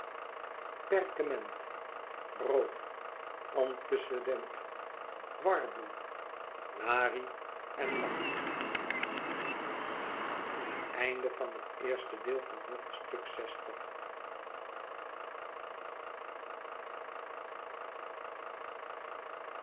perkement roof antecedent warboel larie en lak